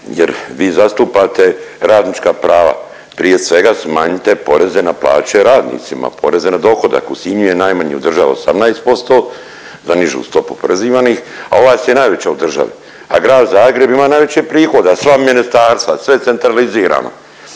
jer vi zastupate radnička prava. Prije svega smanjite poreze na plaće radnicima, poreze na dohodak. U Sinju je najmanji u državi 18%, za nižu stopu oporezivanih, a u vas je najveći u državi. A grad Zagreb ima najveće prihode, a sva ministarstva sve je centralizirano.